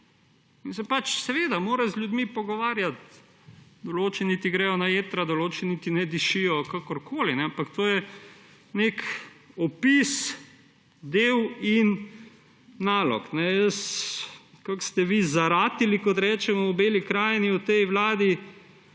In se seveda moraš z ljudmi pogovarjati. Določeni ti gredo na jetra, določeni ti ne dišijo, kakorkoli, ampak to je nek opis del in nalog. Kako ste vi zaratili, kot rečemo v Beli krajini, v tej vladi?